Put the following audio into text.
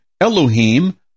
Elohim